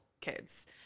kids